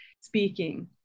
speaking